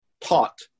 taught